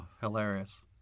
hilarious